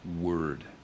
Word